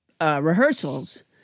rehearsals